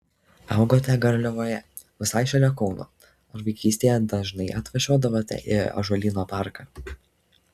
augote garliavoje visai šalia kauno ar vaikystėje dažnai atvažiuodavote į ąžuolyno parką